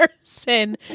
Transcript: person